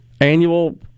annual